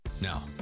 Now